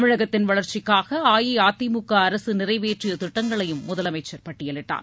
தமிழகத்தின் வளர்ச்சிக்காக அஇஅதிமுக அரசு நிறைவேற்றிய திட்டங்களையும் முதலமைச்சர் பட்டியலிட்டார்